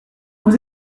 vous